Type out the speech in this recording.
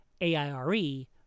A-I-R-E